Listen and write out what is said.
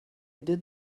did